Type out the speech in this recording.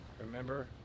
Remember